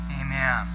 Amen